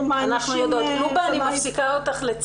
אנחנו צריכות לסיים.